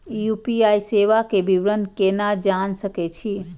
UPI सेवा के विवरण केना जान सके छी?